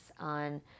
on